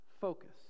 focus